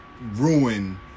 ruin